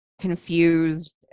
confused